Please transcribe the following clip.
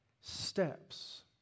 steps